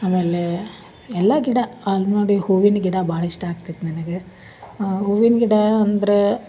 ಆಮೇಲೆ ಎಲ್ಲಾ ಗಿಡ ಆಲ್ಮಡಿ ಹೂವಿನ ಗಿಡ ಭಾಳ ಇಷ್ಟ ಆಗ್ತೈತೆ ನನಗೆ ಹೂವಿನ ಗಿಡ ಅಂದರೆ